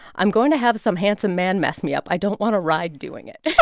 i'm going to have some handsome man mess me up. i don't want a ride doing it yeah